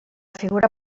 figura